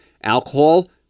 Alcohol